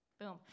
Boom